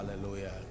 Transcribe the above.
Hallelujah